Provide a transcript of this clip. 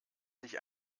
sich